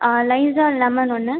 Lysol lemon ஒன்று